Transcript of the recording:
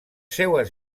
seues